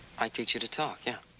i teach you to talk, yeah.